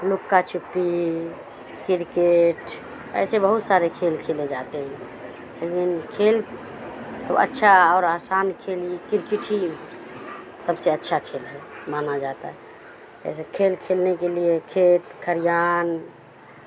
لکا چھپی کرکٹ ایسے بہت سارے کھیل کھیلے جاتے ہیں لیکن کھیل تو اچھا اور آسان کھیل کرکٹ ہی سب سے اچھا کھیل ہے مانا جاتا ہے جیسے کھیل کھیلنے کے لیے کھیت کھریان